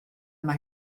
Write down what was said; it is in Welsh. mae